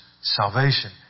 salvation